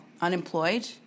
Unemployed